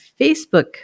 Facebook